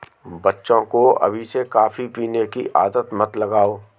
बच्चे को अभी से कॉफी पीने की आदत मत लगाओ